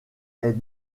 est